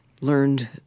learned